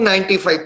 95